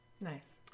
nice